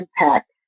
impact